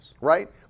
Right